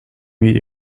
meet